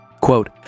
quote